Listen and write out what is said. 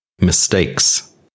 mistakes